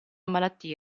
malattie